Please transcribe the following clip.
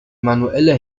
manuelle